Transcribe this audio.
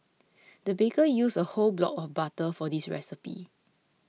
the baker used a whole block of butter for this recipe